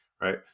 right